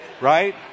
right